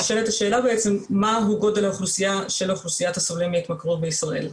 נשאלת השאלה מהו הגודל של אוכלוסיית הסובלים מהתמכרות בישראל.